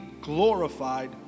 glorified